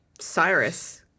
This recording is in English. Cyrus